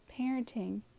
parenting